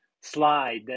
slide